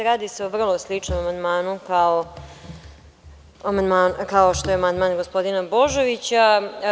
Radi se o vrlo sličnom amandmanu, kao što je amandman gospodina Božovića.